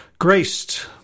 graced